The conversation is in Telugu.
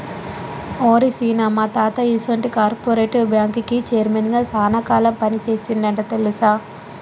ఓరి సీన, మా తాత ఈసొంటి కార్పెరేటివ్ బ్యాంకుకి చైర్మన్ గా సాన కాలం పని సేసిండంట తెలుసా